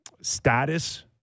status